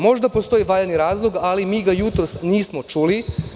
Možda postoji valjani razlog, ali mi ga jutros nismo čuli.